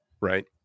right